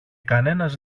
κανένας